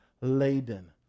laden